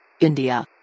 India